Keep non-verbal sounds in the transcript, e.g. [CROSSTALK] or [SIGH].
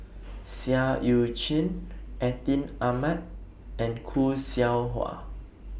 [NOISE] Seah EU Chin Atin Amat and Khoo Seow Hwa